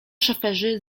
szoferzy